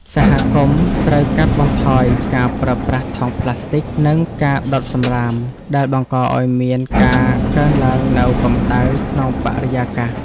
សហគមន៍ត្រូវកាត់បន្ថយការប្រើប្រាស់ថង់ប្លាស្ទិក និងការដុតសម្រាមដែលបង្កឱ្យមានការកើនឡើងនូវកម្តៅក្នុងបរិយាកាស។